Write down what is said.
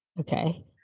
okay